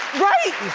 right!